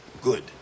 Good